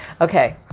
Okay